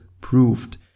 proved